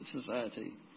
society